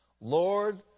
Lord